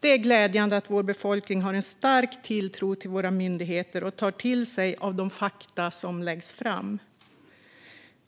Det är glädjande att vår befolkning har en stark tilltro till våra myndigheter och tar till sig av de fakta som läggs fram.